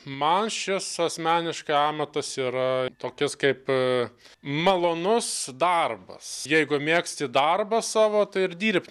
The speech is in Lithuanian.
man šis asmeniškai amatas yra tokia kaip malonus darbas jeigu mėgsti darbą savo tai ir dirbt